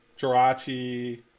Jirachi